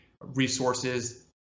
resources